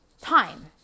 time